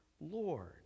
Lord